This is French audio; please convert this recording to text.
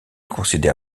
considère